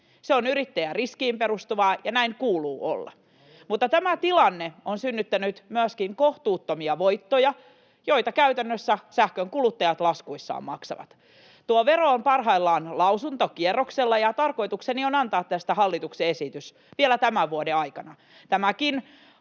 Se on yrittäjäriskiin perustuvaa, ja näin kuuluu olla. Mutta tämä tilanne on synnyttänyt myöskin kohtuuttomia voittoja, joita käytännössä sähkön kuluttajat laskuissaan maksavat. Tuo vero on parhaillaan lausuntokierroksella, ja tarkoitukseni on antaa tästä hallituksen esitys vielä tämän vuoden aikana.